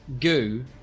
goo